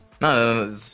no